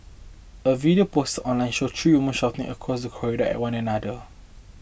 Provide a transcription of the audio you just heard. a video post online showed three women shouting across the corridor at one another